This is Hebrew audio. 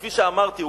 כפי שאמרתי,